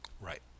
Right